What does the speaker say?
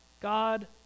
God